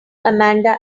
amanda